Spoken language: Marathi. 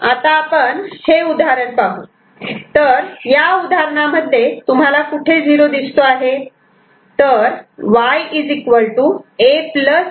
आता आपण हे उदाहरण पाहू तर या उदाहरणांमध्ये तुम्हाला कुठे '0' दिसतो आहे तर Y A B'